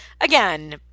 Again